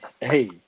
Hey